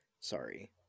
Sorry